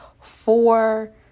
four